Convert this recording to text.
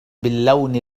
باللون